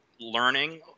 Learning